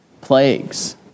plagues